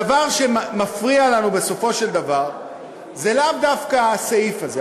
הדבר שמפריע לנו בסופו של דבר זה לאו דווקא הסעיף הזה.